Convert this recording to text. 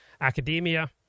academia